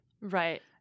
Right